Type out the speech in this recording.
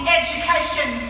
education